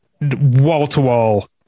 wall-to-wall